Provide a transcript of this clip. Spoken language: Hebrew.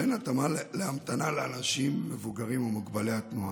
ואין התאמה להמתנה לאנשים מבוגרים ומוגבלי התנועה.